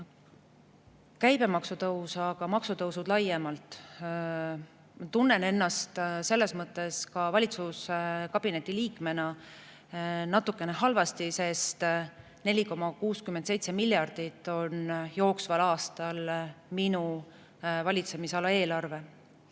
käibemaksu tõus, aga ka maksutõusud laiemalt. Ma tunnen ennast selles mõttes ka valitsuskabineti liikmena natukene halvasti, sest jooksval aastal on minu valitsemisala eelarve